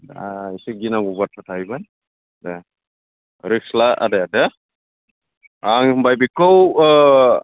दा एसे गिनांगौ बाथ्रा थाहैबाय दे रिक्स ला आदाया दे आं होमब्ला बिखौ